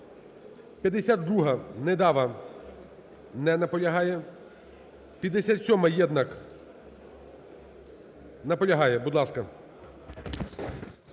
52-а, Недава. Не наполягає. 57-а, Єднак. Наполягає, будь ласка.